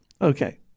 Okay